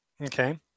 Okay